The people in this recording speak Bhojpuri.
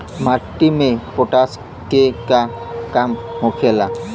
माटी में पोटाश के का काम होखेला?